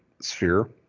sphere